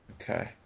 Okay